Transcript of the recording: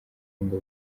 ngo